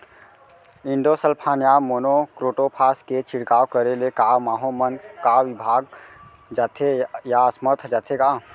Endosulfan या monocrotophos के छिड़काव करे ले क माहो मन का विभाग जाथे या असमर्थ जाथे का?